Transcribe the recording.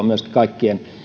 myöskin kaikkien